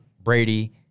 Brady